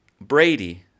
Brady